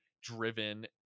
driven